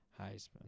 Heisman